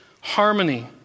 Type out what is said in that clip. harmony